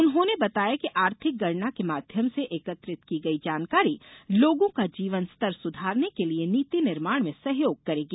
उन्होंने बताया कि आर्थिक गणना के माध्यम से एकत्रित की गई जानकारी लोगों का जीवन स्तर सुधारने के लिए नीति निर्माण में सहयोग करेगी